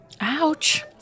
ouch